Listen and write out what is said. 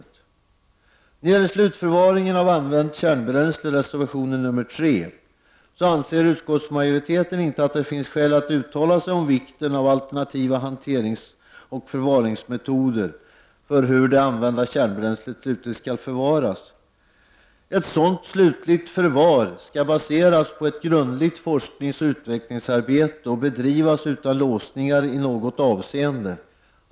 När det gäller reservation nr 3 som handlar om slutförvaringen av använt kärnbränsle anser utskottsmajoriteten att det inte finns skäl att uttala sig om vikten av alternativa hanteringsoch förvaringsmetoder för hur det använda kärnbränslet slutligt skall förvaras. Ett sådant slutligt förvar skall baseras på ett grundligt forskningsoch utvecklingsarbete som skall bedrivas utan låsningar i något avseende.